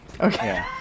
Okay